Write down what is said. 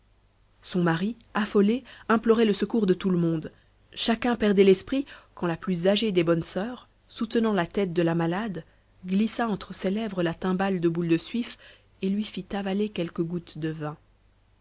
son mari affolé implorait le secours de tout le monde chacun perdait l'esprit quand la plus âgée des bonnes soeurs soutenant la tête de la malade glissa entre ses lèvres la timbale de boule de suif et lui fit avaler quelques gouttes de vin